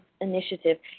initiative